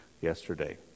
yesterday